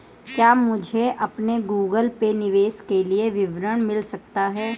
क्या मुझे अपने गूगल पे निवेश के लिए विवरण मिल सकता है?